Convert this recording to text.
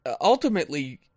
Ultimately